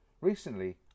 Recently